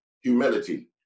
humility